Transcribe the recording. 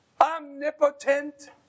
omnipotent